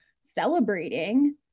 celebrating